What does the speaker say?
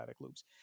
loops